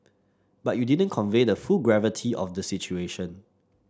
but you didn't convey the full gravity of the situation